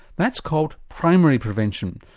that's called primary prevention,